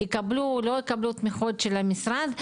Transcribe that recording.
יקבלו לא יקבלו תמיכות של המשרד,